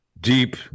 deep